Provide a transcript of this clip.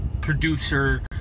producer